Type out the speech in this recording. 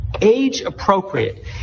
age-appropriate